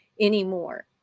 anymore